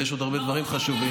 ויש עוד הרבה דברים חשובים.